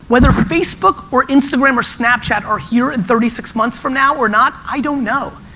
whether facebook or instagram or snapchat are here in thirty six months from now or not, i don't know.